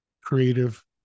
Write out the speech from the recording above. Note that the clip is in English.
creative